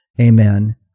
amen